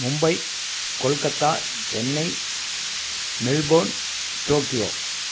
Mumbai Kolkata Chennai Melbourne Tokyo